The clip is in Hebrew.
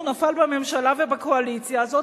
הוא נפל בממשלה ובקואליציה הזאת,